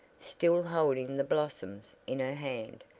still holding the blossoms in her hand,